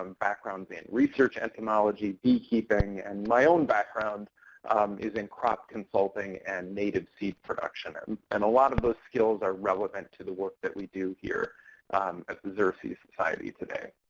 um backgrounds in research entomology, beekeeping, and my own background is in crop consulting and native seed production. and and a lot of those skills are relevant to the work that we do here at the xerces society today.